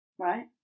Right